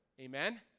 amen